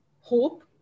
hope